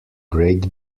great